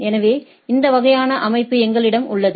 எனவே இந்த வகையான அமைப்பு எங்களிடம் உள்ளது